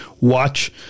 watch